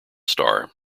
star